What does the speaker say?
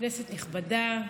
כנסת נכבדה,